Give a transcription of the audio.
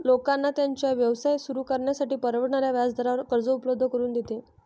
लोकांना त्यांचा व्यवसाय सुरू करण्यासाठी परवडणाऱ्या व्याजदरावर कर्ज उपलब्ध करून देते